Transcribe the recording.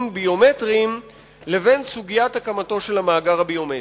ביומטריים לבין סוגיית הקמתו של המאגר הביומטרי".